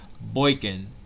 Boykin